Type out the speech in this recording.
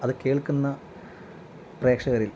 അത് കേൾക്കുന്ന പ്രേക്ഷകരിൽ